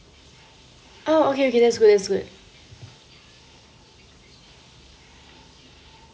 oh okay okay that's good that's good